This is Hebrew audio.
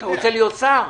?אתה רוצה להיות שר?